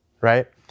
right